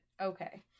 okay